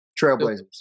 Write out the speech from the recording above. Trailblazers